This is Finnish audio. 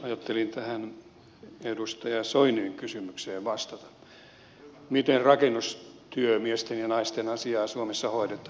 ajattelin tähän edustaja soinin kysymykseen vastata miten rakennustyömiesten ja naisten asiaa suomessa hoidetaan